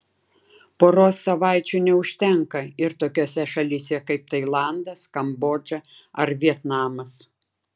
poros savaičių neužtenka ir tokiose šalyse kaip tailandas kambodža ar vietnamas